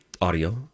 audio